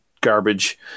garbage